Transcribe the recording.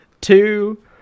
two